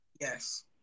Yes